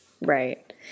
right